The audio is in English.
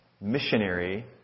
missionary